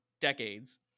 decades